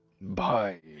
Bye